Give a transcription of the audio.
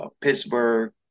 Pittsburgh